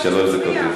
אכלת ארוחת ערב?